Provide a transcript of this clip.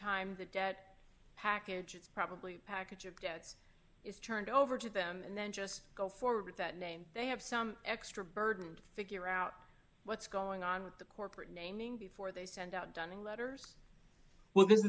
time the debt package it's probably a package of debts it's turned over to them and then just go forward with that name they have some extra burden to figure out what's going on with the corporate naming before they send out dunning letters well this